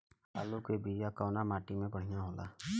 आलू के बिया कवना माटी मे बढ़ियां होला?